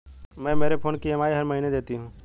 मैं मेरे फोन की ई.एम.आई हर महीने देती हूँ